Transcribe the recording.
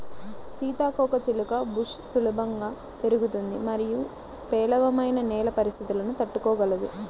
సీతాకోకచిలుక బుష్ సులభంగా పెరుగుతుంది మరియు పేలవమైన నేల పరిస్థితులను తట్టుకోగలదు